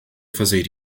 fazer